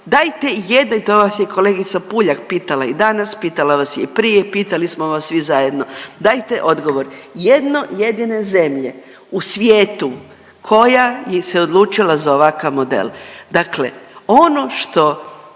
dajte jedne i to vas je kolegica Puljak pitala i danas, pitala vas je i prije i pitali smo vas svi zajedno, dajte odgovor jedne jedine zemlje u svijetu koja je se odlučila za ovakav model, dakle ono što